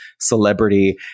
celebrity